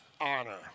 honor